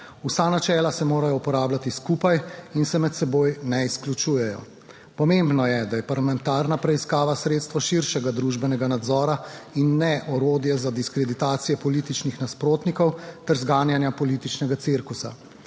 Vsa načela se morajo uporabljati skupaj in se med seboj ne izključujejo. Pomembno je, da je parlamentarna preiskava sredstvo širšega družbenega nadzora in ne orodje za diskreditacije političnih nasprotnikov ter zganjanja političnega cirkusa.